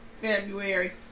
February